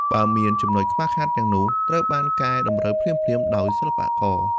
បើមានចំណុចខ្វះខាតទាំងនោះត្រូវបានកែតម្រូវភ្លាមៗដោយសិល្បករ។